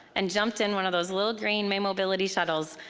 and jumped in one of those little green may mobility shuttles,